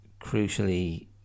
crucially